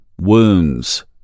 wounds